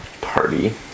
party